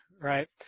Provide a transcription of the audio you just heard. right